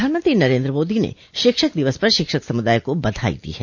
प्रधानमंत्री नरेन्द्र मोदी ने शिक्षक दिवस पर शिक्षक समुदाय को बधाई दी ह